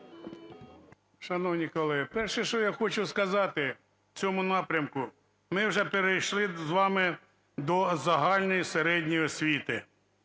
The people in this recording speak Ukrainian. Шановні колеги, перше, що я хочу сказати в цьому напрямку, ми вже перейшли з вами до загальної середньої освіти.